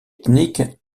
ethniques